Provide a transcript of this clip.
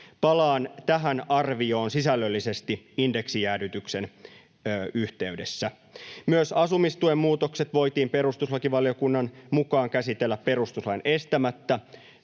palaan tähän arvioon sisällöllisesti indeksijäädytyksen yhteydessä. Myös asumistuen muutokset voitiin perustuslakivaliokunnan mukaan käsitellä perustuslain estämättä.